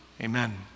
Amen